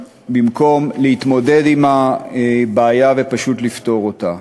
במקום להתמודד עם הבעיה ופשוט לפתור אותה.